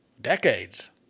decades